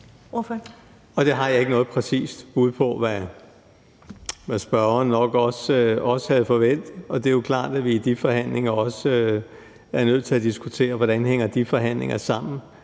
Det har jeg ikke noget præcist bud på, hvad spørgeren nok også havde forventet. Og det er klart, at vi i de forhandlinger også er nødt til at diskutere, hvordan de forhandlinger hænger